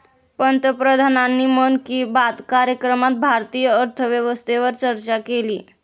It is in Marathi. पंतप्रधानांनी मन की बात कार्यक्रमात भारतीय अर्थव्यवस्थेवर चर्चा केली